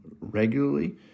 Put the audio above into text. regularly